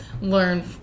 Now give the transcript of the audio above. learn